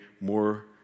more